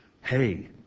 Hey